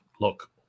look